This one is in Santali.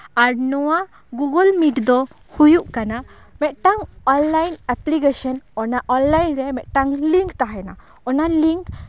ᱟᱨ ᱱᱚᱣᱟ ᱜᱩᱜᱩᱞ ᱢᱤᱴ ᱫᱚ ᱦᱩᱭᱩᱜ ᱠᱟᱱᱟ ᱢᱤᱫᱴᱟᱝ ᱚᱱᱞᱟᱭᱤᱱ ᱮᱯᱞᱤᱠᱮᱥᱮᱱ ᱚᱱᱟ ᱚᱱᱞᱟᱭᱤᱱ ᱨᱮ ᱢᱤᱫᱴᱟᱝ ᱞᱤᱝᱠ ᱛᱟᱦᱮᱱᱟ ᱚᱱᱟ ᱞᱤᱝᱠ